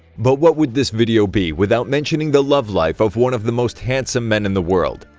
but what would this video be without mentioning the love life of one of the most handsome men in the world?